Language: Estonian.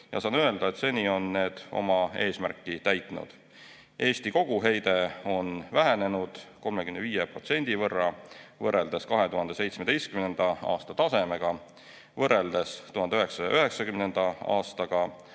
ja saan öelda, et seni on need oma eesmärki täitnud. Eesti koguheide on vähenenud 35% võrreldes 2017. aasta tasemega. Võrreldes 1990. aastaga